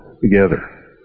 together